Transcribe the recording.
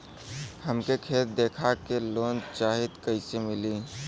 हमके खेत देखा के लोन चाहीत कईसे मिली?